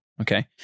Okay